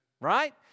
right